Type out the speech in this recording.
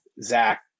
Zach